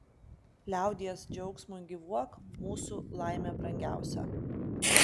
liaudies džiaugsmui gyvuok mūsų laime brangiausia